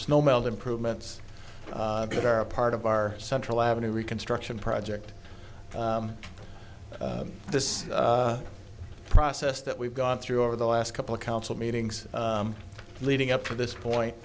snow melt improvements that are part of our central avenue reconstruction project this process that we've gone through over the last couple of council meetings leading up to this point